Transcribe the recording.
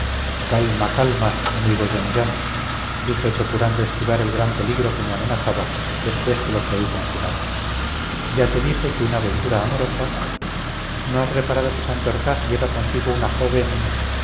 calma calma amigo jean jean dije procurando esquivar el gran peligro que me amenazaba después que lo creí conjurado ya te dije que una aventura amorosa no has reparado que santorcaz lleva consigo una joven